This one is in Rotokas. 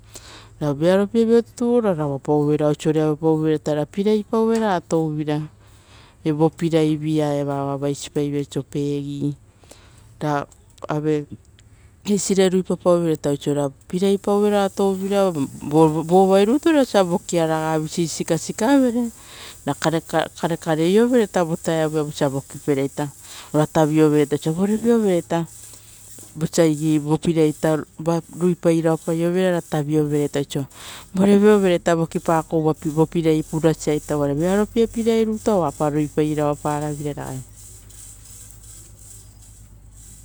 Ra vearopievira rutu ora ravapau vere ra oisiore avapaivere ro pilai-pauvere touvira evo pilai via eva oa vaisi paiveira oiso peggi. Ra aue kisire ruipapauvere oiso ita ra pilai pauera touvira, vovai rutu vo vovai rutu vosa vokiara visii sikasikavere, ra karekareiovere ita vo taevuita vosa vokipereita ora tavio-vereta oso "voreviovere vosa igei vo pilai ita vo pilai tapa ruipairao paiovere ra taviovereita oiso vore vioverei vo voki-pakouva vo pilai purasa ita uvare vearopie pilai rutu oapa ruipairapa-raveira ragai.